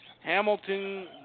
Hamilton